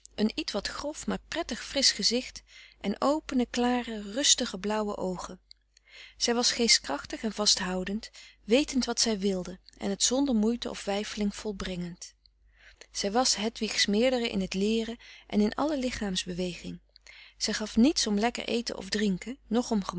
een ietwat grof maar prettig frisch gezicht en opene klare rustige blauwe oogen zij was geestkrachtig en vasthoudend wetend wat zij wilde en het zonder moeite of weifeling volbrengend zij was hedwig's meerdere in t leeren en in alle lichaamsbeweging zij gaf niets om lekker eten of drinken noch om